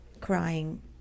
crying